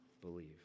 believe